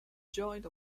joined